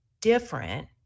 different